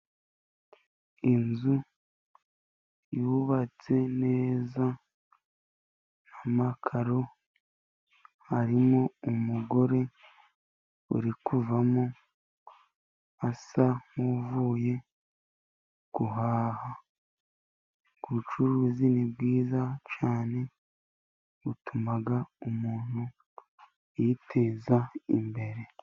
Inzu yubatse neza n'amakaro, harimo umugore uri kuvamo asa nk'uvuye guhaha, ubucuruzi ni bwiza cyane, butuma umuntu yiteza imbere.